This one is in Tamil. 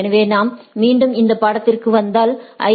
எனவே நாம் மீண்டும் இந்த படத்திற்கு வந்தால் ஐ